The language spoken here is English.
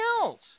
else